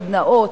סדנאות,